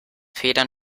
federn